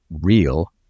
real